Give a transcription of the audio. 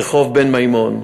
רחוב בן-מימון.